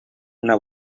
una